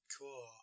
Cool